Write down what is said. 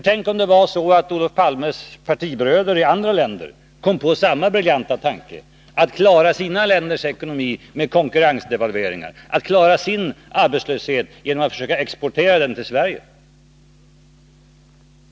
Tänk om Olof Palmes partibröder i andra länder kom på samma briljanta tanke, att klara sina länders ekonomi med konkurrensdevalveringar, att klara sin arbetslöshet genom att försöka exportera den till Sverige.